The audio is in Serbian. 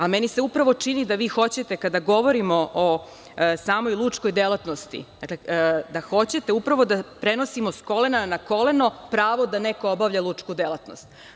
A, meni se upravo čini da vi hoćete, kada govorimo o samoj lučkoj delatnosti, da hoćete upravo da prenosimo sa kolena na koleno pravo da neko obavlja lučku delatnost.